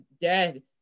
dead